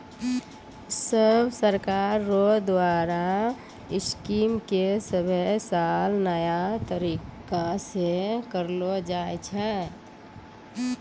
सब सरकार रो द्वारा स्कीम के सभे साल नया तरीकासे करलो जाए छै